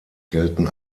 gelten